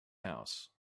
house